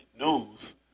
news